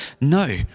No